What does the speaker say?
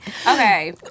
Okay